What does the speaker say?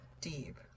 Deep